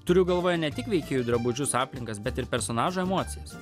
turiu galvoje ne tik veikėjų drabužius aplinkas bet ir personažų emocijas